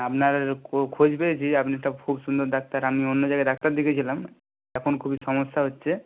আপনার খোঁজ পেয়েছি আপনি খুব সুন্দর ডাক্তার আমি অন্য জায়গায় ডাক্তার দেখিয়েছিলাম এখন খুবই সমস্যা হচ্ছে